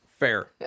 fair